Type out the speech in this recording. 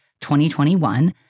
2021